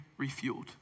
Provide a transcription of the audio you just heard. refueled